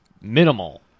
minimal